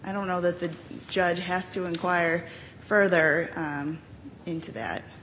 i don't know that the judge has to inquire further into that